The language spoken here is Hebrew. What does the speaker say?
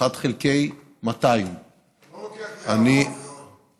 1 חלקי 200. אתה לא לוקח את היערות, יואב.